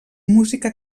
música